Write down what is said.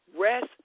Rest